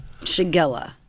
Shigella